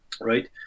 Right